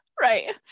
right